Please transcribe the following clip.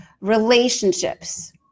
relationships